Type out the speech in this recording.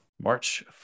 March